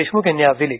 देशमुख यांनी आज दिली